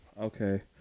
okay